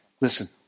Listen